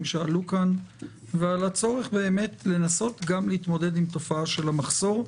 שעלו כאן ועל הצורך לנסות להתמודד עם התופעה של המחסור.